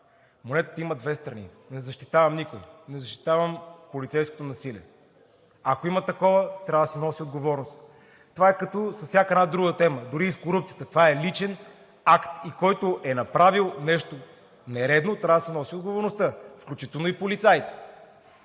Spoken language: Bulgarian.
монетата има две страни. Аз не защитавам никого, не защитавам полицейското насилие. Ако има такова, трябва да се носи отговорност, както за всяка една друга тема, дори за корупцията – това е личен акт, и който е направил нещо нередно, трябва да си носи отговорността, включително и полицаите.